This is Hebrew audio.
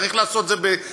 וצריך לעשות את זה בתהליך,